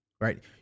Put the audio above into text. Right